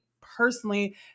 personally